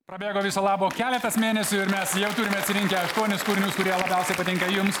prabėgo viso labo keletas mėnesių ir mes jau turim atsirinkę aštuonis kūrinius kurie labiausiai patinka jums